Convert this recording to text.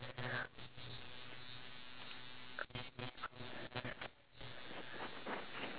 I always wanted to try something like action but then again I know I'm too lazy for it so